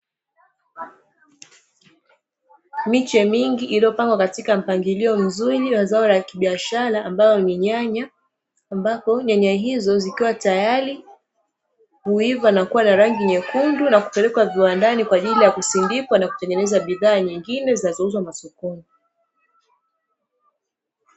Miche mingi iliyopangwa katika mpangilio mzuri wa zao la kibiashara ambalo ni nyanya, ambapo nyanya hizo zikiwa tayari, huiva na kuwa na rangi nyekundu na kupelekwa viwandani kwa ajili ya kusindikwa na kutengeneza bidhaa nyingine zinazouzwa masokoni.